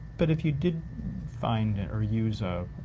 but if you did find, or use a